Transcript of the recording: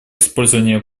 использование